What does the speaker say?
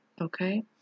Okay